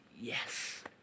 yes